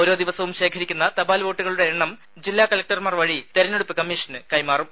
ഓരോ ദിവസവും ശേഖരിക്കുന്ന തപാൽ വോട്ടുകളുടെ എണ്ണം ജില്ലാ കലക്ടർമാർ വഴി തെരഞ്ഞെടുപ്പ് കമ്മീഷന് കൈമാറും